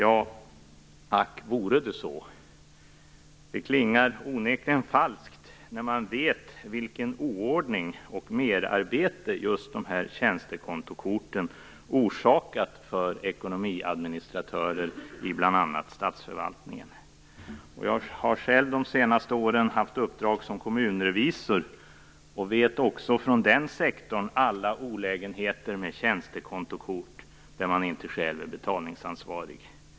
Ack, vore det så! Det klingar onekligen falskt, när man vet vilken oordning och vilket merarbete tjänstekontokorten orsakat för ekonomiadministratörer i bl.a. statsförvaltningen. Jag har själv under de senaste åren haft uppdrag som kommunrevisor och känner också från den sektorn till alla olägenheter med tjänstekontokort där man inte själv är betalningsansvarig.